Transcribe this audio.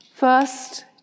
First